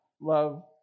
Love